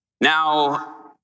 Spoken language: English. Now